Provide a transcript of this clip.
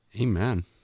Amen